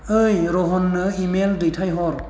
ओइ रहननो इमेल दैथायहर